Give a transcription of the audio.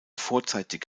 vorzeitig